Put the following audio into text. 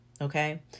okay